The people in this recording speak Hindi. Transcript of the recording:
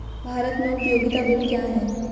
भारत में उपयोगिता बिल क्या हैं?